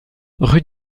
rue